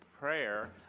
prayer